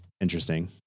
interesting